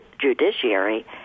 judiciary